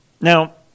Now